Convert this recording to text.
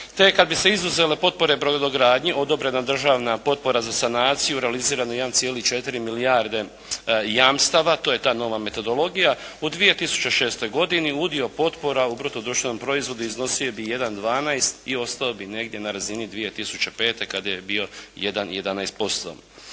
Te kada bi se izuzele potpore brodogradnji, odobrena državna potpora za sanaciju, realizirano 1,4 milijarde jamstava, to je ta nova metodologija u 2006. godini udio potpora u bruto društvenom proizvodu iznosio bi 1,12 i ostalo bi negdje na razini 2005. kada je bio 1,11%.